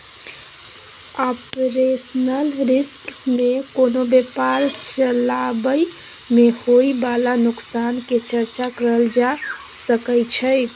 operational risk में कोनो व्यापार चलाबइ में होइ बाला नोकसान के चर्चा करल जा सकइ छइ